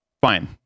fine